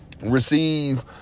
receive